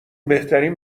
بهترین